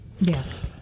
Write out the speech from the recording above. Yes